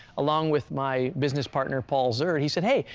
along with my business partner, paul ziert, he said, hey,